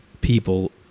people